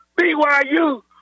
BYU